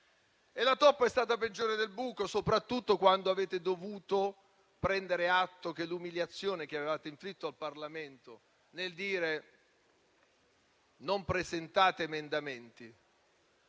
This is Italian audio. la toppa è stata peggiore del buco, soprattutto quando avete dovuto prendere atto dell'umiliazione che avevate inflitto al Parlamento invitando a non presentare emendamenti,